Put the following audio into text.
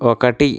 ఒకటి